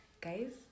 guys